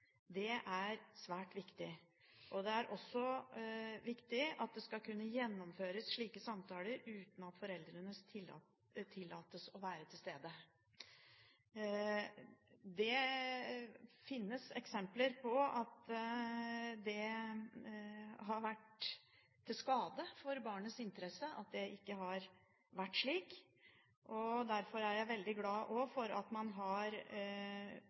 Det er svært viktig. Det er også viktig at det skal kunne gjennomføres slike samtaler uten at foreldrene tillates å være til stede. Det finnes eksempler på at det har vært til skade for barnets interesse at det ikke har vært slik. Derfor er jeg veldig glad for at man nå har